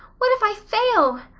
what if i fail!